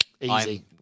Easy